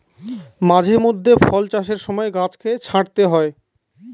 মাঝে মধ্যে ফল চাষের সময় গাছকে ছাঁটতে হয়